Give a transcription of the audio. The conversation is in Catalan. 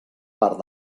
part